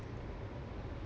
(S)